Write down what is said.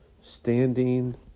standing